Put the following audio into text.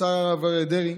לשר הרב אריה דרעי,